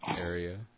area